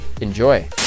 Enjoy